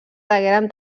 degueren